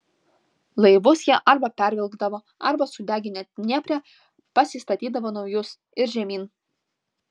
laivus jie arba pervilkdavo arba sudeginę dniepre pasistatydavo naujus ir žemyn